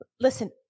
listen